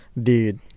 dude